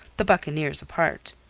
the buccaneers apart.